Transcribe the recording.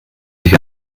sich